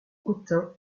autun